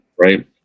right